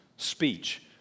speech